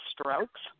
strokes